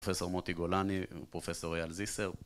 ‫פרופ' מוטי גולני ופרופ' אריאל זיסר.